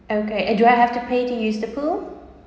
okay do I have to pay to use the pool